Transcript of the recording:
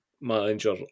manager